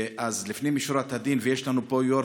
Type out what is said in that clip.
אז לפנים משורת הדין ונמצא פה יו"ר